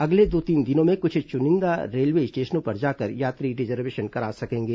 अगले दो तीन दिनों में कुछ चुनिंदा रेलवे स्टेशनों पर जाकर यात्री रिजर्वेशन करा सकेंगे